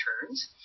returns